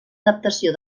adaptació